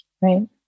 Right